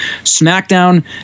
Smackdown